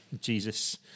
Jesus